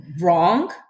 wrong